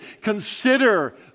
Consider